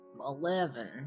Eleven